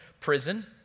prison